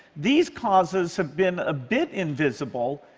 these causes have been a bit invisible.